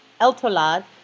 Eltolad